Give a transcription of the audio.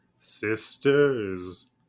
sisters